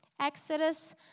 Exodus